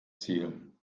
ziel